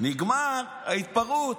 נגמרה ההתפרעות.